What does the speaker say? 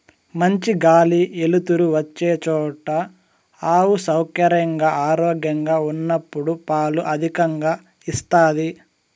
మంచి గాలి ఎలుతురు వచ్చే చోట ఆవు సౌకర్యంగా, ఆరోగ్యంగా ఉన్నప్పుడు పాలు అధికంగా ఇస్తాది